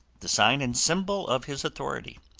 the sign and symbol of his authority.